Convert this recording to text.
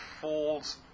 falls